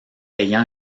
ayant